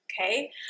okay